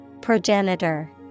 progenitor